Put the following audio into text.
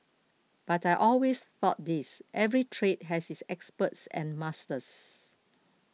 but I always thought this every trade has its experts and masters